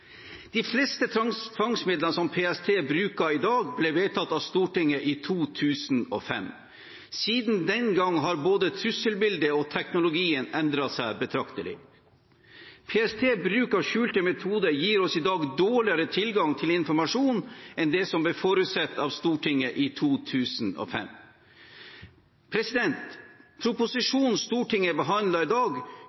De fleste tvangsmidlene som PST bruker i dag, ble vedtatt av Stortinget i 2005. Siden den gang har både trusselbildet og teknologien endret seg betraktelig. PSTs bruk av skjulte metoder gir oss i dag dårligere tilgang til informasjon enn det som ble forutsett av Stortinget i 2005.